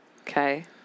Okay